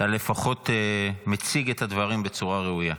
אתה לפחות מציג את הדברים בצורה ראויה.